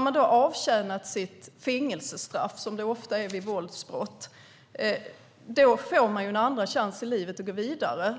man har avtjänat sitt fängelsestraff, som det ofta handlar om vid våldsbrott, får man en andra chans i livet att gå vidare.